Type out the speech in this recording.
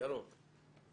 ירוק.